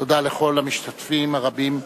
תודה לכל המשתתפים הרבים.